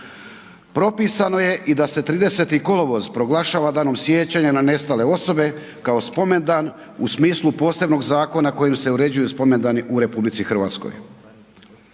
Propisano je i da se 30. kolovoz proglašava dan sjećanja na nestale osobe kao spomendan u smislu posebnog zakona kojim se uređuju spomendani u RH. Ovim zakonskim